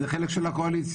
זה החלק של הקואליציה.